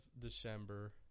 December